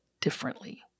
differently